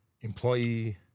Employee